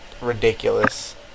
ridiculous